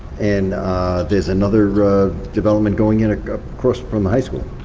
and there's another development going in across from the high school,